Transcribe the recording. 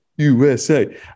USA